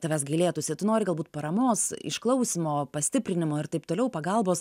tavęs gailėtųsi tu nori galbūt paramos išklausymo pastiprinimo ir taip toliau pagalbos